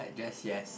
like just yes